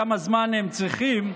כמה זמן הם צריכים,